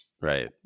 Right